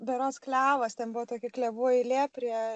berods klevas ten buvo tokia klevų eilė prie